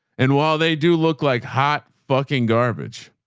and while they do look like hot fucking garbage,